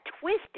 twisted